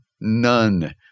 None